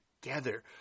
together